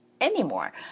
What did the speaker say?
anymore